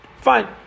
Fine